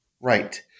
right